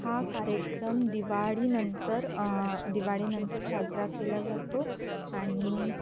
हा कार्यक्रम दिवाळीनंतर दिवाळीनंत साजरा केला जातो आणि